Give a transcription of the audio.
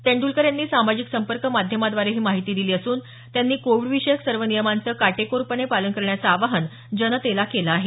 तेंइलकर यांनी सामाजिक संपर्क माध्यमाद्वारे ही माहिती दिली असून त्यांनी कोविडविषयक सर्व नियमांचं काटेकोरपणे पालन करण्याचं आवाहन जनतेला केलं आहे